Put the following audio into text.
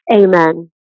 Amen